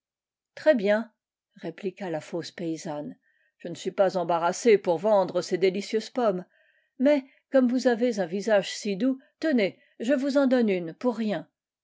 acheter très-bien répliqua la fausse paysanne je ne suis pas embarrassée pour vendre ces délicieuses pommes mais comme vous avez un visage si doux tenez je vous en donne une pour rien